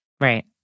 Right